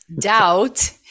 Doubt